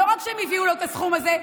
לא רק שהם הביאו לו את הסכום הזה,